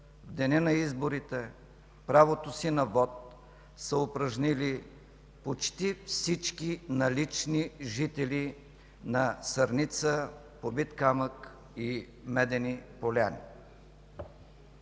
в деня за изборите правото си на вот са упражнили почти всички налични жители на Сърница, Побит камък и Медени поляни.